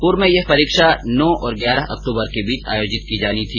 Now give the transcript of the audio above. पूर्व में यह परीक्षा नौ और ग्यारह अक्टूबर के बीच आयोजित की जानी थी